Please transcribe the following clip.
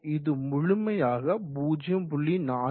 இது முழுமையாக 0